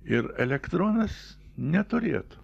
ir elektronas neturėtų